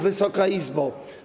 Wysoka Izbo!